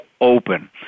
open